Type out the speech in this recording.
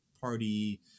party